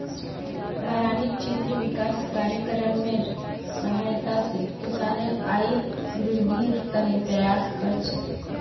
बारानी क्षेत्र विकास कार्यक्रमेर सहायता स किसानेर आइत वृद्धिर त न प्रयास कर छेक